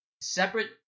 separate